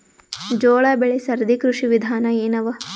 ಜೋಳ ಬೆಳಿ ಸರದಿ ಕೃಷಿ ವಿಧಾನ ಎನವ?